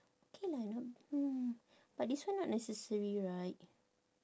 K lah not hmm but this one not necessary right